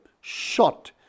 shot